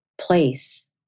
place